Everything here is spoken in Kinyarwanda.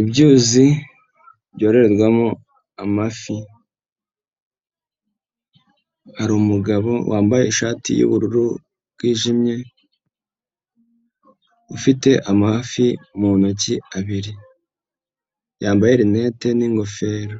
Ibyuzi byororerwamo amafi, hari umugabo wambaye ishati y'ubururu bwijimye ufite amafi mu ntoki abiri, yambaye rinete n'ingofero,